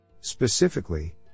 Specifically